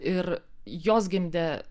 ir jos gimdė